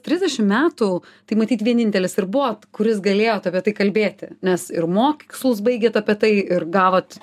trisdešim metų tai matyt vienintelis ir buvot kuris galėjo tave tai kalbėti nes ir mokslus baigėt apie tai ir gavot